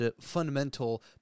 fundamental